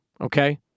Okay